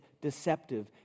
deceptive